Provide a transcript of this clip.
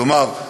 כלומר,